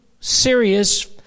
serious